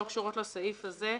שלא קשורות לסעיף הזה.